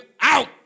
out